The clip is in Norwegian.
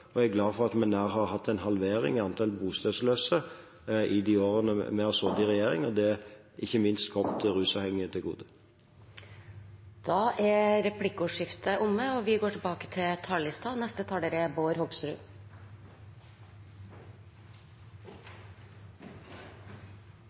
og jeg er glad for at vi har hatt nær en halvering av antall bostedsløse i de årene vi har sittet i regjering. Det har ikke minst kommet de rusavhengige til gode. Replikkordskiftet er omme.